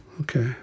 Okay